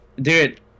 Dude